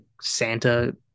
santa